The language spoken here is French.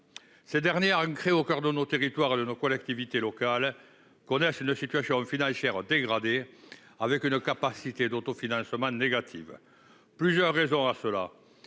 qui sont ancrés au coeur de nos territoires et de nos collectivités locales, connaissent actuellement une situation financière dégradée, avec une capacité d'autofinancement négative. Il y a plusieurs raisons à cela